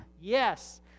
Yes